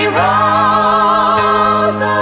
rose